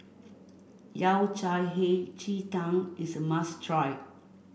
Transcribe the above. Yao Cai Hei Ji Tang is a must try